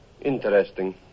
Interesting